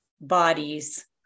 bodies